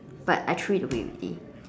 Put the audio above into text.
but I threw it away already